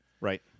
right